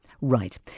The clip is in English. Right